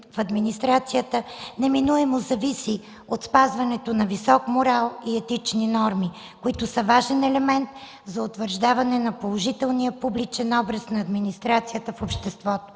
в администрацията неминуемо зависи от спазването на висок морал и етични норми, които са важен елемент за утвърждаване на положителния публичен образ на администрацията в обществото.